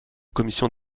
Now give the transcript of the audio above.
commission